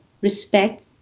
respect